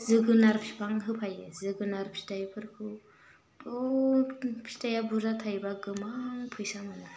जोगोनार फिफां होफायो जोगोनार फिथाइफोरखौ फिथाइआ बुरजा थाइबा गोबां फैसा मोनो